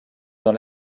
dans